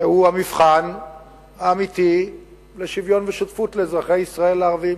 הוא המבחן האמיתי של שוויון ושותפות לאזרחי ישראל הערבים,